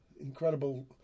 incredible